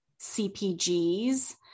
CPGs